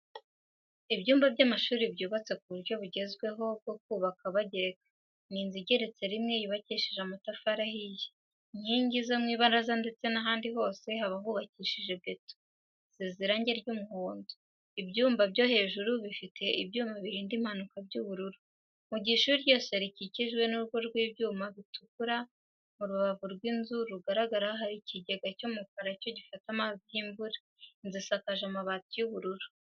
Ibyumba by'amashuri byubatse ku buryo bugezweho, bwo kubaka bagereka. Ni inzu igeretse rimwe. Yubakishije amatafari ahiye. Inkingi zo mu ibaraza ndetse n'ahandi hose haba hubakishije beto, hasize irangi ry'umuhondo. Ibyumba byo hejuru bifite ibyuma birinda impanuka by'ubururu, mu gihe ishuri ryose rikikijwe n'urugo rw'ibyuma bitukura. Mu rubavu rw'inzu rugaragara hari ikigega cy'umukara cyo gufata amazi y'imvura. Inzu isakaje amabati y'ubururu.